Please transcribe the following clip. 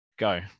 go